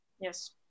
Yes